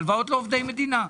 הלוואות לעובדי מדינה.